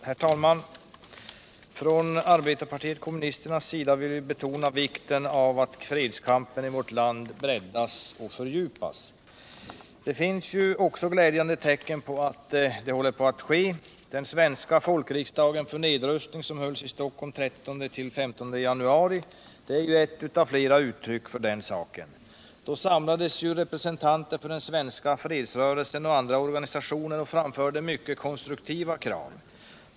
Herr talman! Från arbetarpartiet kommunisternas sida vill vi betona vikten av att fredskampen i vårt land breddas och fördjupas. Det finns också glädjande tecken på att detta håller på att ske. Den svenska folkriksdagen för nedrustning, som hölls i Stockholm 13-15 januari, är ett av flera uttryck för detta. Då samlades representanter för den svenska fredsrörelsen och andra organisationer och framförde mycket konstruktiva krav.